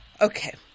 Okay